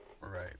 Right